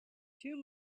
too